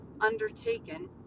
undertaken